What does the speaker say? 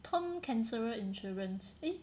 term cancer insurance eh